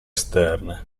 esterne